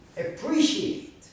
appreciate